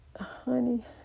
Honey